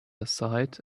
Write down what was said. aside